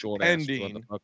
ending